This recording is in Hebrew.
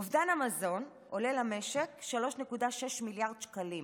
אובדן המזון עולה למשק 3.6 מיליארד שקלים